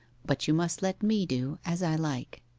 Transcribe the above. but you must let me do as i like